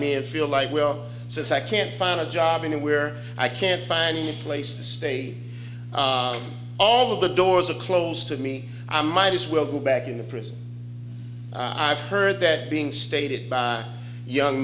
and feel like well since i can't find a job anywhere i can't find any place to stay all of the doors are closed to me i might as we'll go back into prison i've heard that being stated by young